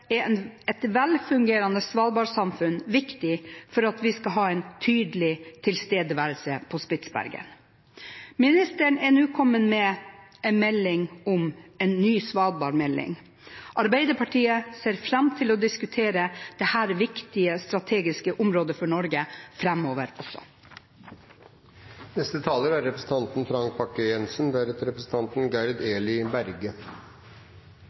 er et velfungerende svalbardsamfunn viktig for at vi skal ha en tydelig tilstedeværelse på Spitsbergen. Ministeren har nå varslet en ny svalbardmelding. Arbeiderpartiet ser fram til å diskutere dette viktige strategiske området for Norge